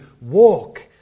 walk